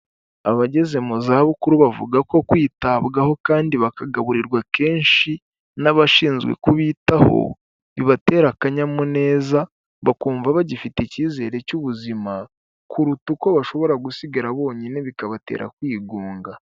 Abageze mu za bukuru bavuga ko kwitabwaho kandi bakagaburirwa kenshi n'abashinzwe kubitaho, bibatera akanyamuneza bakumva bagifite icyizere cy'ubuzima, kuruta uko bashobora gusigara bonyine bikabatera kwigunga.